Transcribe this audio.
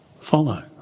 follow